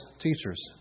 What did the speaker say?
teachers